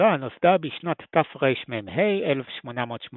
הישיבה נוסדה בשנת תרמ"ה 1885